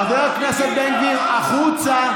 חבר הכנסת בן גביר, החוצה.